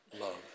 love